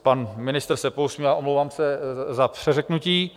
Pan ministr se pousmívá, omlouvám se za přeřeknutí.